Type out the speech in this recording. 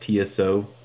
TSO